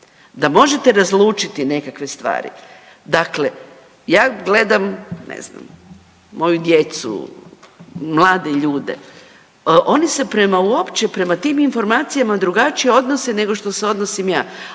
da možete razlučiti nekakve stvari. Dakle ja gledam ne znam moju djecu, mlade ljude. Oni se prema uopće prema tim informacija drugačije odnose nego što se odnosim ja,